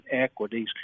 equities